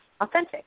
authentic